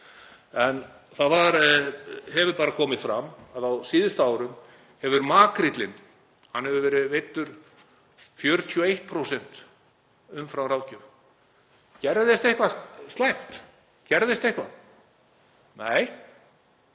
Það hefur komið fram að á síðustu árum hefur makríllinn verið veiddur 41% umfram ráðgjöf. Gerðist eitthvað slæmt? Gerðist eitthvað? Nei,